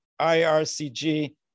IRCG